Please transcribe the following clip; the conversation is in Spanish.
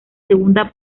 segunda